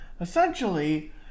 Essentially